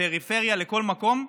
לפריפריה, לכל מקום,